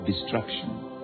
destruction